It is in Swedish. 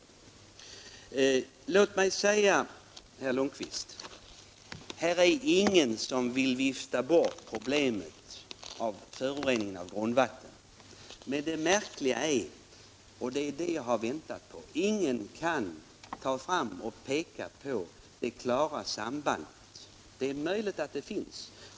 Till herr Lundkvist vill jag säga att här är ingen som vill vifta bort problemet med förorening av grundvatten. Men det märkliga är att ingen kan peka på det klara sambandet — det är det jag har väntat på.